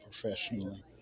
professionally